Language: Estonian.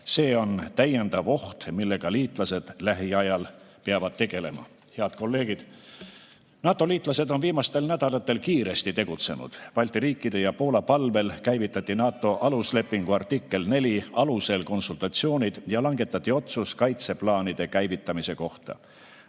See on täiendav oht, millega liitlased lähiajal peavad tegelema. Head kolleegid! NATO liitlased on viimastel nädalatel kiiresti tegutsenud. Balti riikide ja Poola palvel käivitati NATO aluslepingu artikli 4 alusel konsultatsioonid ja langetati otsus kaitseplaanide käivitamise kohta.